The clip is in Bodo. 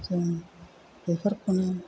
जों बेफोरखौनो